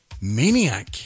Maniac